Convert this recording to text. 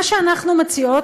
מה שאנחנו מציעות,